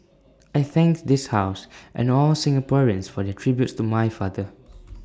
I thank this house and all Singaporeans for their tributes to my father